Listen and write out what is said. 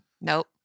Nope